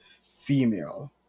female